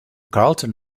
carleton